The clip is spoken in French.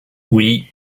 oui